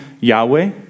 Yahweh